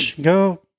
go